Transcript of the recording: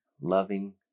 loving